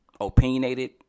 opinionated